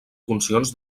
funcions